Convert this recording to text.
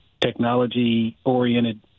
technology-oriented